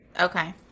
Okay